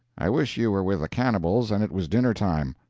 i wish you were with the cannibals and it was dinner-time.